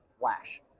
flash